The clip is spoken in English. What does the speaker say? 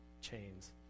chains